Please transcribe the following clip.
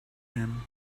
him